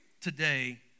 today